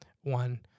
one